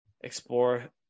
explore